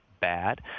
bad